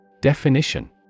Definition